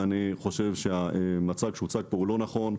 ואני חושב שהמצג שהוצג כאן לא נכון,